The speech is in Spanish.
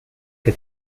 que